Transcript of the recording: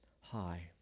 High